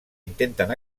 intenten